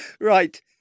Right